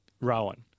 Rowan